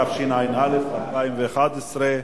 התשע"א 2011,